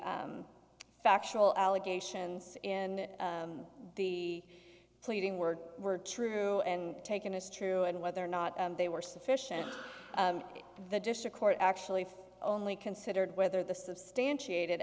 factual allegations in the pleading were were true and taken as true and whether or not they were sufficient the district court actually only considered whether the substantiate